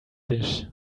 dish